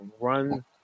run